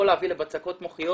יכול להביא לבצקות מוחיות